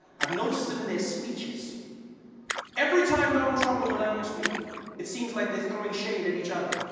i have noticed it in they're speeches every time donald trump or melania speaks it seems like they are throwing shade at each other